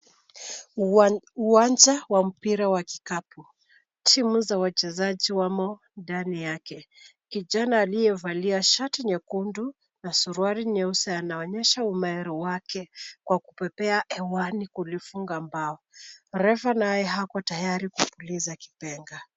Uwanja wa mpira wa kikapu. Timu za wachezaji wamo ndani yake. Kijana aliyevalia shati nyekundu na suruali nyeusi anaonyesha umahiri wake kwa kupepea hewani kulifunga bao. Refa naye ako tayari kupuliza kipenga.